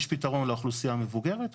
יש פתרון לאוכלוסייה המבוגרת.